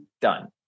done